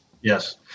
Yes